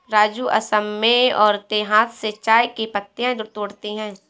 राजू असम में औरतें हाथ से चाय की पत्तियां तोड़ती है